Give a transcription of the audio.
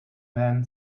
man